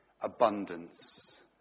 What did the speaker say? Abundance